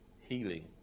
Healing